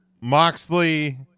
Moxley